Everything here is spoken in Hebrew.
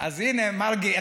הינה, מרגי.